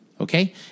Okay